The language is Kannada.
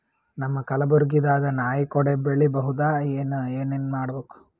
ನಮ್ಮ ಕಲಬುರ್ಗಿ ದಾಗ ನಾಯಿ ಕೊಡೆ ಬೆಳಿ ಬಹುದಾ, ಏನ ಏನ್ ಮಾಡಬೇಕು?